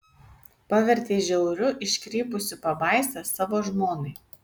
pavertei žiauriu iškrypusiu pabaisa savo žmonai